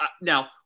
now